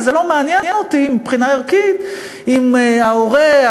וזה לא מעניין אותי מבחינה ערכית אם ההורה,